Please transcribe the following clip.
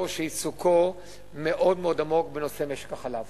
שעיסוקו מאוד-מאוד עמוק בנושא משק החלב.